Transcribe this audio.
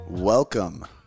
Welcome